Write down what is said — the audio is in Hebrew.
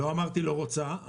לא אמרתי לא רוצה.